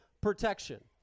protection